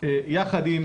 יחד עם